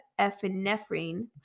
epinephrine